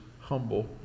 humble